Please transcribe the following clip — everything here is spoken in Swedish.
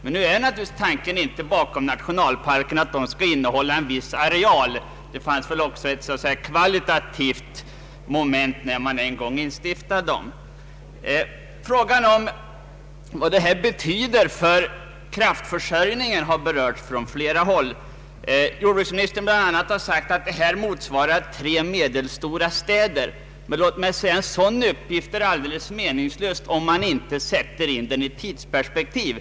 Men tanken bakom nationalparkerna är naturligtvis inte bara att de skall innehålla en viss areal. Det fanns väl också ett kvalitetsmoment när man en gång instiftade dem. Frågan vad det nu framlagda förslaget betyder för kraftförsörjningen har berörts från flera håll. Jordbruksministern har bl.a. sagt att utbyggnaden motsvarar kraftbehovet för tre medelstora städer. Men en sådan uppgift är alldeles meningslös om man inte sätter in den i ett tidsperspektiv.